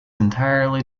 entirely